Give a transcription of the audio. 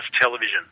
television